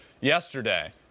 yesterday